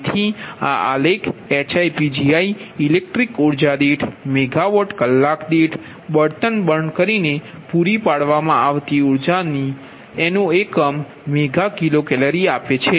તેથી આ આલેખ HiPgi ઇલેક્ટ્રિક ઉર્જા દીઠ મેગા વોટ કલાક દીઠ બળતણ બર્ન કરીને પૂરી પાડવામાં આવતી ઉર્જાની મેગા કિલો કેલરી આપે છે